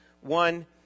one